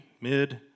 mid